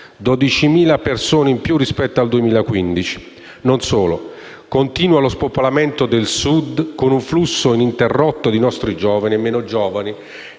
12.000 persone in più rispetto al 2015. Non solo, continua lo spopolamento del Sud, con un flusso ininterrotto di nostri giovani, e meno giovani,